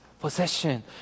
possession